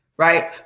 right